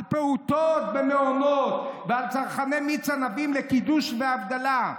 על פעוטות במעונות ועל צרכני מיץ ענבים" לקידוש והבדלה.